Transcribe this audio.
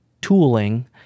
tooling